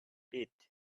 pit